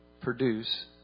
produce